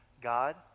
God